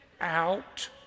out